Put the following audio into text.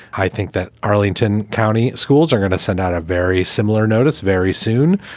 i think that arlington county schools are going to send out a very similar notice very soon.